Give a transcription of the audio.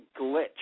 glitch